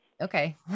okay